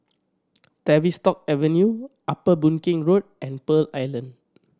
Tavistock Avenue Upper Boon Keng Road and Pearl Island